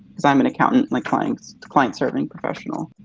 as i'm an accountant, like client client serving professional.